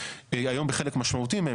היום בחלק משמעותי מהן.